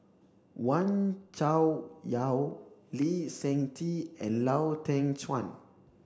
Wee Cho Yaw Lee Seng Tee and Lau Teng Chuan